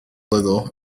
little